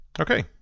Okay